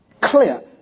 Clear